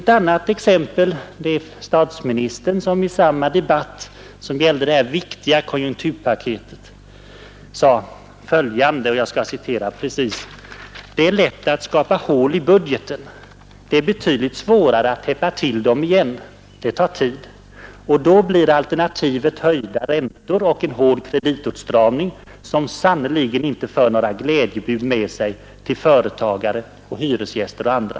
Det andra exemplet är också taget från debatten om detta viktiga konjunkturpaket. Statsministern sade då: ”Det är lätt att skapa hål i budgeten. Det är betydligt svårare att täppa till dem igen. Det tar tid. Och då blir alternativet höjda räntor och en hård kreditåtstramning som sannerligen inte för några glädjebud med sig till företagare och hyresgäster och andra.